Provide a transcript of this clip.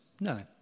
No